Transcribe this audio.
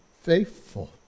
faithful